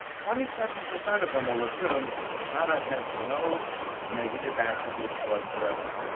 twenty seven percent of them will assume the product has no negative attributes whatsoever.